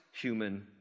human